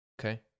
okay